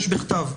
יש בכתב.